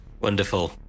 wonderful